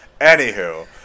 Anywho